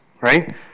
right